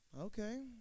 okay